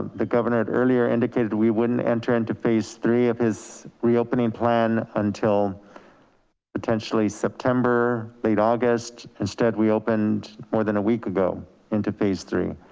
the governor earlier indicated we wouldn't enter into phase three of his reopening plan until potentially september late august. instead we opened more than a week ago into phase three.